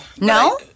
No